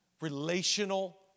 relational